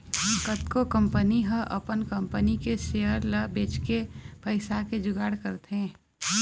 कतको कंपनी ह अपन कंपनी के सेयर ल बेचके पइसा के जुगाड़ करथे